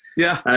yeah.